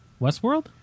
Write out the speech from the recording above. Westworld